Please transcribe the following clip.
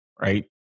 right